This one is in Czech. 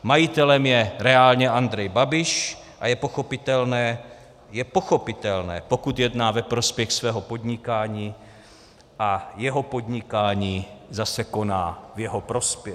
Majitelem je reálně Andrej Babiš a je pochopitelné je pochopitelné, pokud jedná ve prospěch svého podnikání a jeho podnikání zase koná v jeho prospěch.